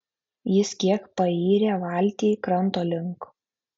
jis kiek payrė valtį kranto link